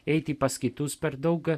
eiti pas kitus per daug